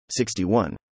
61